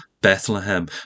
Bethlehem